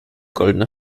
goldene